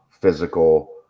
physical